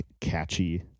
catchy